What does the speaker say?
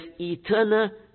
eternal